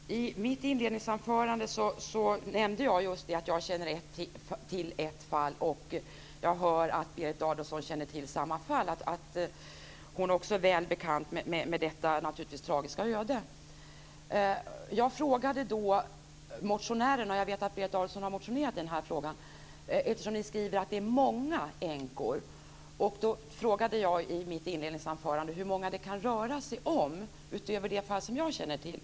Fru talman! I mitt inledningsanförande nämnde jag just att jag känner till ett fall, och jag hör att Berit Adolfsson känner till samma fall, att hon också är väl bekant med detta, naturligtvis tragiska, öde. Jag vet att Berit Adolfsson har motionerat i frågan. Ni skriver att det är många änkor. Jag frågade därför i mitt inledningsanförande hur många det kan röra sig om utöver det fall som jag känner till.